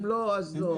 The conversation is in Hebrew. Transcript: אם לא, אז לא.